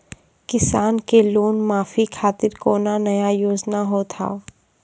किसान के लोन माफी खातिर कोनो नया योजना होत हाव?